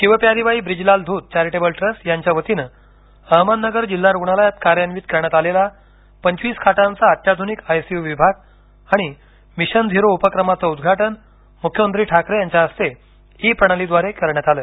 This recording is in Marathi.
शिवप्यारीबाई ब्रिजलाल धूत चॅरीटेबल ट्रस्ट यांच्या वतीने अहमदनगर जिल्हा रुग्णालयात कार्यान्वित करण्यात आलेला पंचवीस खाटांचा अत्याधुनिक आयसीयु विभाग आणि मिशन झीरो उपक्रमाचं उद्घाटन मुख्यमंत्री ठाकरे यांच्या हस्ते ई प्रणाली द्वारे करण्यात आलं